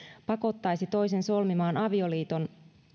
pakottaisi toisen solmimaan avioliiton